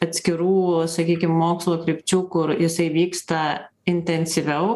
atskirų sakykim mokslo krypčių kur jisai vyksta intensyviau